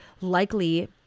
likely